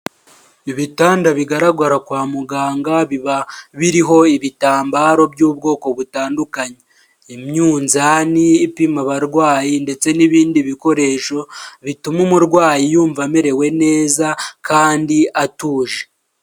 Ibitanda bigaragara kwa muganga biba biriho ibitambaro by'ubwoko butandukanye, imyunzani ipima abarwayi ndetse n'ibindi bikoresho bituma umurwayi yumva amerewe neza kandi atuje.